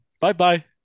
Bye-bye